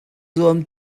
zuam